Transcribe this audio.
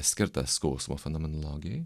skirtą skausmo fenomenologijai